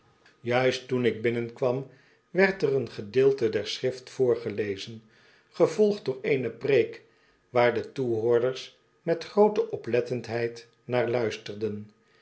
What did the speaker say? juist toen ik binnenkwam werd er een gedeelte der schrift voorgelezen gevolgd door eene preek waar de toebehoorders met grootc oplettendheid naar luisterden